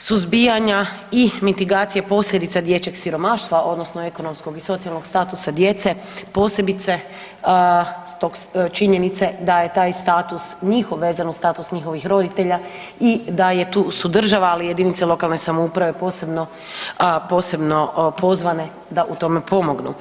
suzbijanja i mitigacije posljedica dječjeg siromaštva odnosno ekonomskog i socijalnog statusa djece, posebice činjenice da je taj status, njihov vezan uz status njihovih roditelja i da je tu država, ali i jedinice lokalne samouprave posebno pozvane da u tome pomognu.